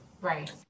right